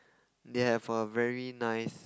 they have a very nice